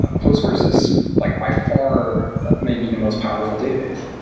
postgres is like by far maybe the most powerful database.